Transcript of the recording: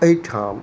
एहिठाम